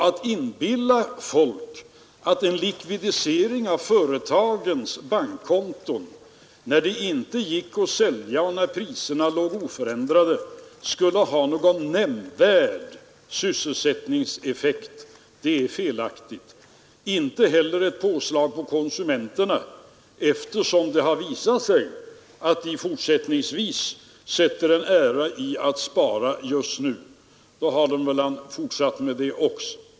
Att inbilla folk att en likvidisering av företagens bankkonton skulle ha någon nämnvärd sysselsättningseffekt är felaktigt. Inte heller skulle det hjälpa med ett påslag på konsumenterna. Eftersom det har visat sig att de sätter en ära i att spara just nu. De hade väl gjort det då också.